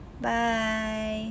Bye